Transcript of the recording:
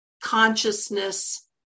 consciousness